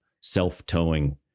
self-towing